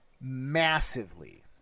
massively